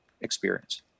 experience